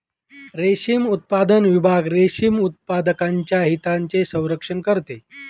रेशीम उत्पादन विभाग रेशीम उत्पादकांच्या हितांचे संरक्षण करते